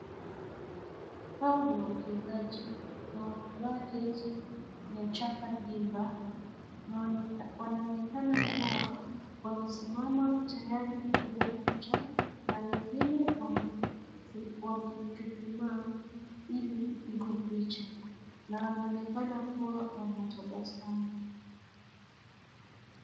Hawa ni wachezaji, wamevaa jezi yenye chapa VIVA na wanaonekana kuwa wamesimama tayari picha. Na wengine wamechuchumaa ili kupigwa picha. Na wanaonekana kuwa wanatabasamu.